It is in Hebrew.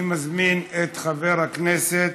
אני מזמין את חבר הכנסת